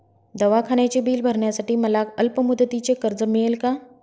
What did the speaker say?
दवाखान्याचे बिल भरण्यासाठी मला अल्पमुदतीचे कर्ज मिळेल का?